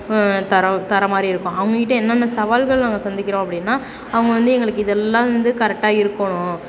தர மாதிரியிருக்கும் அவங்க கிட்டே என்னென்ன சவால்கள் நாங்கள் சந்திக்கிறோம் அப்படின்னா அவங்க வந்து எங்களுக்கு இதெல்லாம் வந்து கரெக்டாக இருக்கணும்